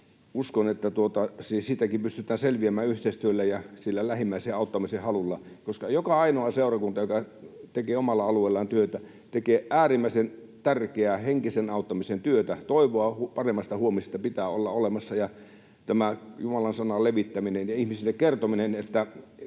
uskon, että siitäkin pystytään selviämään yhteistyöllä ja lähimmäisen auttamisen halulla. Joka ainoa seurakunta, joka tekee omalla alueellaan työtä, tekee äärimmäisen tärkeää henkisen auttamisen työtä. Toivoa paremmasta huomisesta pitää olla olemassa. Jumalan sanan levittäminen ja sen ihmisille kertominen, että